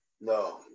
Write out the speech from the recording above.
no